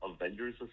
Avengers